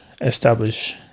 establish